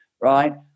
Right